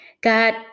God